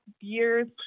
years